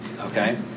okay